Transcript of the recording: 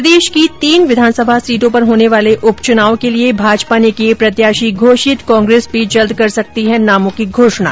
प्रदेश की तीन विधानसभा सीटों पर होने वाले उप चूनाव के लिए भाजपा ने किए प्रत्याशी घोषित कांग्रेस भी जल्द करेगी नामों की घोषणा